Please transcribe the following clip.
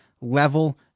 level